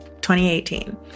2018